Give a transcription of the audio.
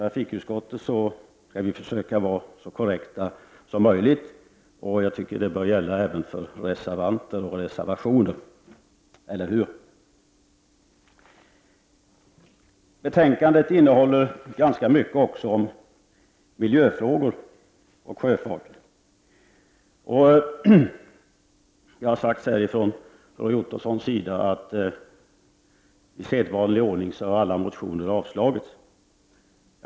Vi skall försöka att vara så korrekta som möjligt i trafikutskottet, och jag tycker att det bör gälla även för reservanter och reservationer. Eller hur? Betänkandet innehåller också ganska mycket om miljöfrågor och sjöfart. Roy Ottosson har här sagt att alla motioner i sedvanlig ordning har avstyrkts.